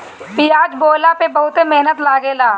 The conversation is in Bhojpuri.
पियाज बोअला में बहुते मेहनत लागेला